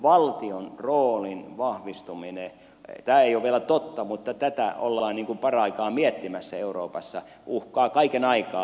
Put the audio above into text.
valtion roolin vahvistuminen tämä ei ole vielä totta mutta tätä ollaan paraikaa miettimässä euroopassa uhkaa kaiken aikaa